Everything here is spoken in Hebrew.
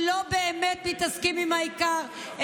שלא באמת מתעסקים בעיקר,